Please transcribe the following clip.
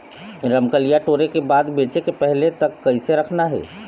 रमकलिया टोरे के बाद बेंचे के पहले तक कइसे रखना हे?